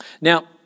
Now